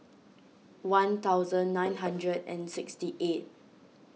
one thousand nine hundred and sixty eight